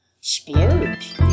splurge